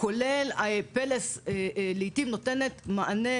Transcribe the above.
כולל "פלס" שנותנת מענה